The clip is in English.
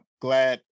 glad